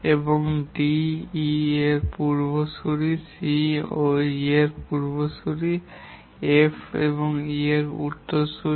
এবং D E এর পূর্বসূরী C ও E এর পূর্বসূরী এবং F E এর উত্তরসূরি